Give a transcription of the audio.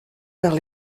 vers